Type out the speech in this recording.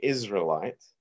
Israelite